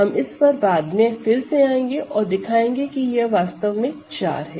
हम इस पर बाद में फिर से आएंगे और दिखाएंगे कि यह वास्तव में 4 है